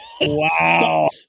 Wow